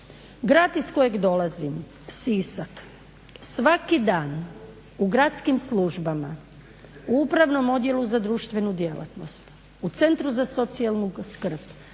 Grad iz kojeg dolazim Sisak svaki dan u gradskim službama, u upravnom odjelu za društvenu djelatnost, u Centru za socijalnu skrb